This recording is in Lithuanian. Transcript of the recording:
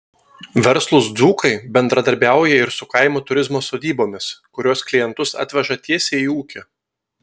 verslūs dzūkai bendradarbiauja ir su kaimo turizmo sodybomis kurios klientus atveža tiesiai į ūkį